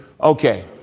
Okay